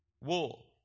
wool